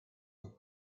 also